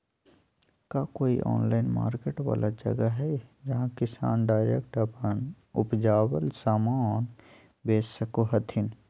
का कोई online market वाला जगह हइ जहां किसान डायरेक्ट अप्पन उपजावल समान बेच सको हथीन?